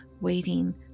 waiting